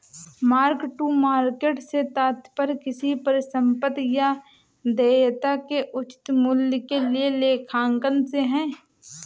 mark to market से तात्पर्य किसी परिसंपत्ति या देयता के उचित मूल्य के लिए लेखांकन से है